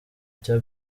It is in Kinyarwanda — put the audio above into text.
cya